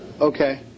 Okay